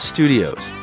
Studios